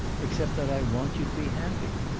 except that i want you to be happy?